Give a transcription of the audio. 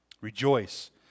Rejoice